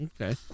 Okay